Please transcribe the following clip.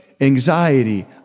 anxiety